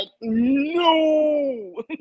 no